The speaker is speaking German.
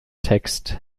text